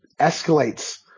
escalates